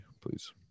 please